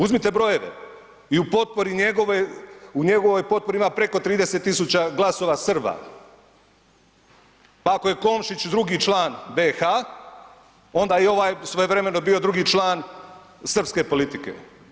Uzmite brojeve i u potpori njegovoj, u njegovoj potpori ima preko 30.000 glasova Srba, pa ako je Komšić drugi član BiH onda je ovaj svojevremeno bio drugi član srpske politike.